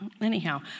Anyhow